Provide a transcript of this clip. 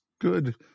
good